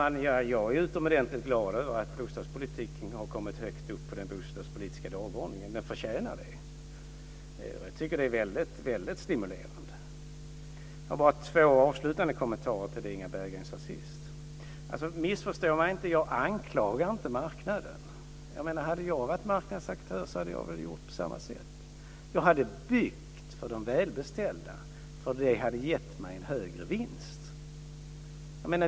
Fru talman! Jag är utomordentligt glad över att bostadspolitiken har kommit högt upp på den politiska dagordningen. Den förtjänar det. Jag tycker att det är väldigt stimulerande. Jag har bara två avslutande kommentarer till det Missförstå mig inte - jag anklagar inte marknaden. Hade jag varit marknadsaktör hade jag väl gjort på samma sätt. Jag hade byggt för de välbeställda, för det hade gett mig en högre vinst.